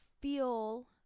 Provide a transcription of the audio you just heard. feel